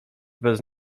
bez